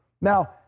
Now